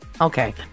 Okay